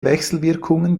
wechselwirkungen